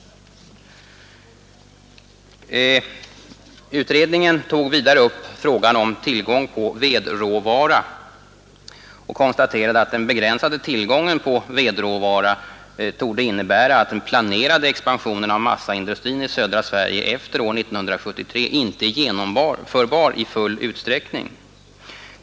Utredningen tog vidare upp frågan om tillgång på vedråvara och konstaterade: ”Den begränsade tillgången på vedråvara torde därför innebära att planerad expansion av massaindustrin i södra Sverige efter år 1973 inte är genomförbar i full utsträckning.